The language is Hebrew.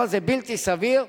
אבל זה בלתי סביר,